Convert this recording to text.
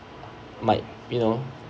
might you know